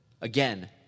Again